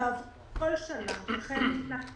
"בעבור כל שנה החל משנת 2023,